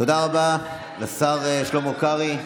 תודה רבה לשר שלמה קרעי.